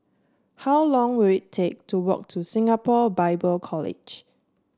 how long will it take to walk to Singapore Bible College